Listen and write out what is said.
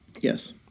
Yes